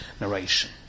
narration